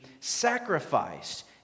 sacrificed